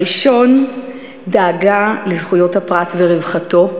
הראשון, דאגה לזכויות הפרט ולרווחתו,